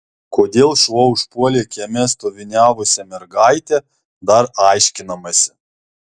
kodėl šuo užpuolė kieme stoviniavusią mergaitę dar aiškinamasi